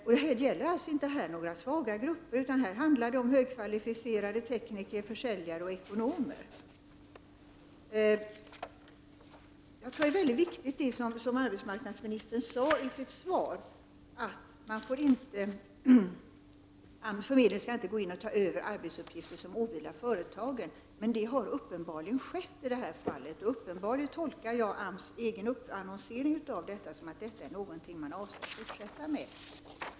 Det är att notera att det inte gäller några svaga grupper, utan det handlar om högkvalificerade tekniker, försäljare och ekonomer. Jag tror att det som arbetsmarknadsministern säger i slutet av svaret är väldigt viktigt, nämligen att arbetsförmedlingen inte skall gå in och ta över arbetsuppgifter som åvilar företagen. Men det har uppenbarligen skett i det här fallet. Jag tolkar AMS egen annonsering om detta så, att det här är någonting som man avser att fortsätta med.